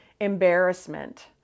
embarrassment